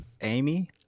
Amy